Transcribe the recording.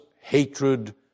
hatred